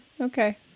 okay